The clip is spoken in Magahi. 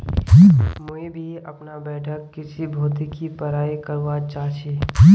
मुई भी अपना बैठक कृषि भौतिकी पढ़ाई करवा चा छी